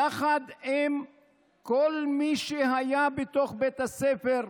יחד עם כל מי שהיה בתוך בית הספר,